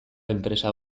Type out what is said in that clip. enpresa